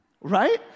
Right